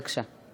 בבקשה.